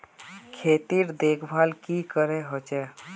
खेतीर देखभल की करे होचे?